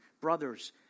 brothers